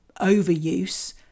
overuse